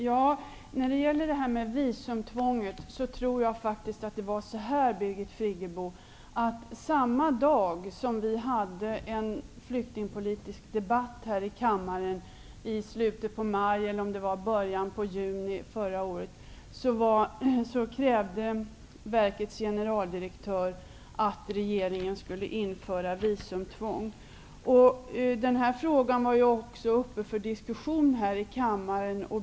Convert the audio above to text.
Herr talman! När det gäller visumtvånget tror jag faktiskt att det var på det sättet att verkets generaldirektör, samma dag som vi hade en flyktingpolitisk debatt här i kammaren i slutet av maj eller i början av juni förra året, krävde att regeringen skulle införa visumtvång. Den här frågan var också uppe till diskussion här i kammaren.